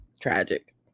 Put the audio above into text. tragic